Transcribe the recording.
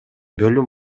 бөлүм